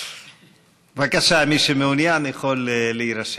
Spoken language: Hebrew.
בבקשה, מי שמעוניין יכול להירשם.